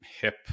hip